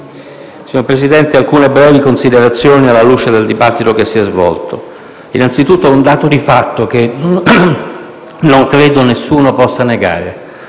Signor Presidente, farò alcune brevi considerazioni alla luce del dibattito che si è svolto. Innanzi tutto, è un dato di fatto - credo nessuno possa negarlo